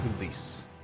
release